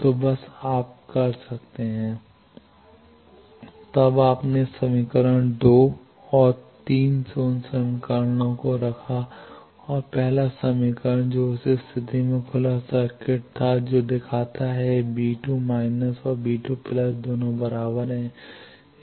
तो बस आप कर सकते हैं तब आपने समीकरण 2 और तीन से उन समीकरणों को रखा और पहला समीकरण जो उस स्थिति में खुला सर्किट था जो दिखाता है कि और दोनों बराबर हैं